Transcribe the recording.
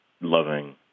loving